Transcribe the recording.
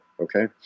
okay